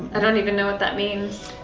i don't even know what that means.